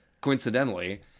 coincidentally